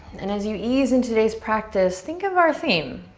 and as you ease in today's practice, think of our theme.